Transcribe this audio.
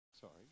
Sorry